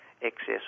excess